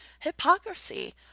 hypocrisy